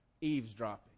eavesdropping